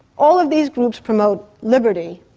all of these groups promote liberty.